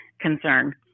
concern